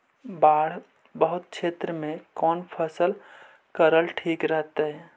बाढ़ बहुल क्षेत्र में कौन फसल करल ठीक रहतइ?